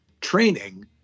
training